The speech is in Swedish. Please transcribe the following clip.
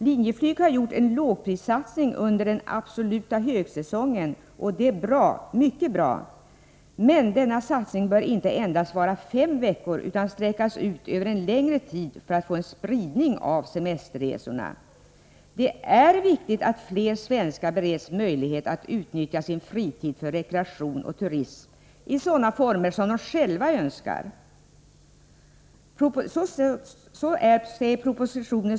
Linjeflyg har gjort en lågprissatsning under den absoluta högsäsongen, och det är mycket bra. Men denna satsning bör inte gälla endast fem veckor, utan den bör sträckas ut över en längre tid, så att det blir en bättre spridning av semesterresorna. Det är viktigt att fler svenskar bereds möjlighet att utnyttja sin fritid för rekreation och turism i sådana former som de själva önskar. Så står det i propositionen.